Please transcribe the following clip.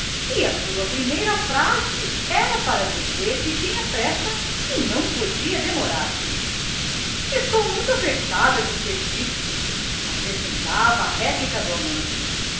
e sua primeira frase era para dizer que tinha pressa e não podia demorar-se estou muito apertada de serviço acrescentava à réplica do amante